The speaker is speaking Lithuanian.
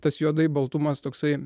tas juodai baltumas toksai